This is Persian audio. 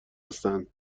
هستن